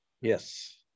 Yes